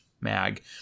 mag